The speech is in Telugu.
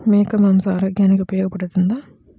మేక మాంసం ఆరోగ్యానికి ఉపయోగపడుతుందా?